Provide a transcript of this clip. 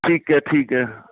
ਠੀਕ ਹੈ ਠੀਕ ਹੈ